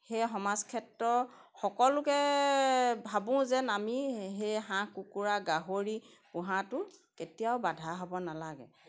সেই সমাজ ক্ষেত্ৰ সকলোকে ভাবোঁ যে নামি সেই হাঁহ কুকুৰা গাহৰি পোহাটো কেতিয়াও বাধা হ'ব নালাগে